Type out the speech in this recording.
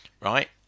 right